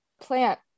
plant